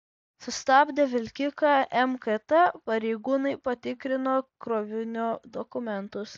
sustabdę vilkiką mkt pareigūnai patikrino krovinio dokumentus